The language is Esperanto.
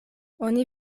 oni